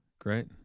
Great